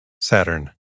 Saturn